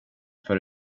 för